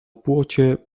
płocie